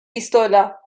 pistola